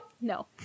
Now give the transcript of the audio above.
No